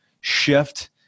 shift